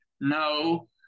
No